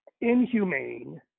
inhumane